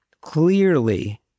Clearly